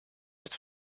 het